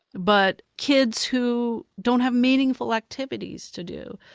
but kids who don't have meaningful activities to do,